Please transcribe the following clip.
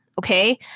okay